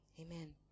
Amen